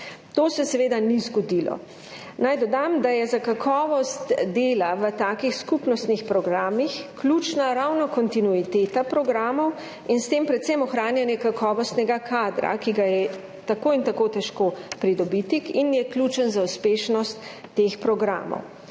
To se seveda ni zgodilo. Naj dodam, da je za kakovost dela v takih skupnostnih programih ključna ravno kontinuiteta programov in s tem predvsem ohranjanje kakovostnega kadra, ki ga je tako in tako težko pridobiti in je ključen za uspešnost teh programov.